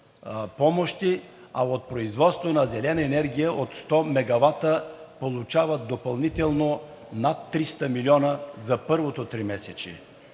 помощи, а от производство на зелена енергия от 100 мегавата получават допълнително над 300 милиона за първото тримесечие.